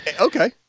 Okay